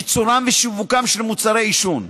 ייצורם ושיווקם של מוצרי עישון.